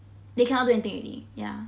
they cannot do anything already ya